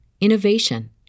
innovation